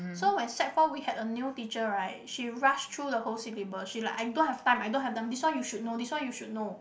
so when sec four we had a new teacher right she rush through the whole syllabus she like I don't have time I don't have time this one you should know this one you should know